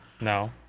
No